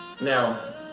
Now